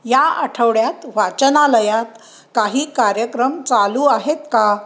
या आठवड्यात वाचनालयात काही कार्यक्रम चालू आहेत का